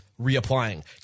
reapplying